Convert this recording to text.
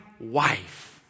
wife